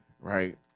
right